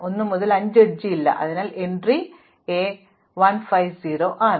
1 മുതൽ 5 വരെ എഡ്ജ് ഇല്ല അതിനാൽ എൻട്രി എ 1 5 0 ആണ്